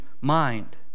mind